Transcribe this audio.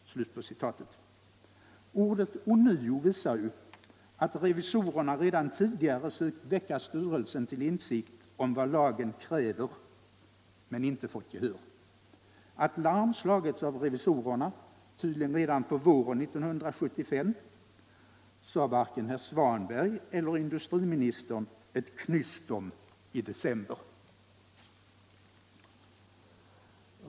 Ordet ”ånyo” visar att revisorerna redan tidigare sökt väcka styrelsen till insikt om vad lagen kräver men inte fått gehör. Att larm slagits av revisorerna — tydligen redan på våren 1975 — sade varken herr Svanberg lingsaktiebolaget, in [oe eller industriministern ett knyst om i december.